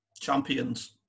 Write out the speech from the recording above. Champions